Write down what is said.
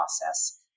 process